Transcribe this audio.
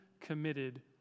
committed